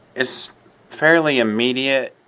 it's fairly immediate.